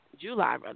July